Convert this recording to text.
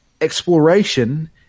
Exploration